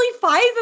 five